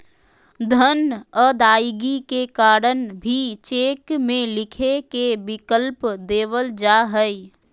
धन अदायगी के कारण भी चेक में लिखे के विकल्प देवल जा हइ